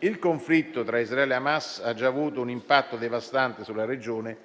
Il conflitto tra Israele e Hamas ha già avuto un impatto devastante sulla regione,